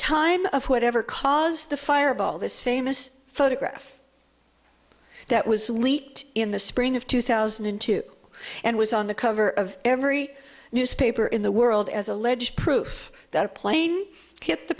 time of whatever caused the fireball this famous photograph that was leaked in the spring of two thousand and two and was on the cover of every newspaper in the world as alleged proof that a plane hit the